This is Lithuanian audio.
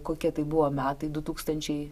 kokie tai buvo metai du tūkstančiai